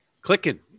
clicking